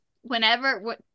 whenever